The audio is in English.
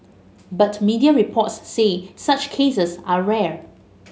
but media reports say such cases are rare